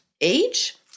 age